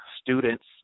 students